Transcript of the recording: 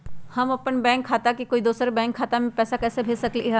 हम अपन बैंक खाता से कोई दोसर के बैंक खाता में पैसा कैसे भेज सकली ह?